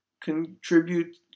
contribute